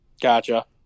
Gotcha